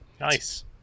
Nice